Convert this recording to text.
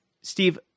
Steve